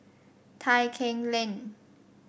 Tai Keng Lane